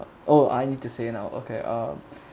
oh I need to say now okay uh